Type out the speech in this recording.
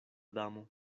damo